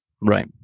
Right